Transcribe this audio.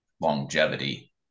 longevity